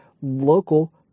local